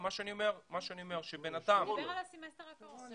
אני מדבר על הסמסטר הקרוב.